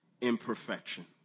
imperfection